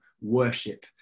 worship